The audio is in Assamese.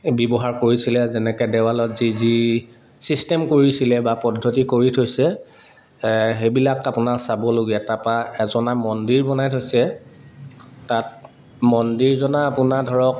ব্যৱহাৰ কৰিছিলে যেনেকে দেৱালত যি যি চিষ্টেম কৰিছিলে বা পদ্ধতি কৰি থৈছে সেইবিলাক আপোনাৰ চাবলগীয়া তাপা এজনা মন্দিৰ বনাই থৈছে তাত মন্দিৰজনা আপোনাৰ ধৰক